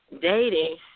dating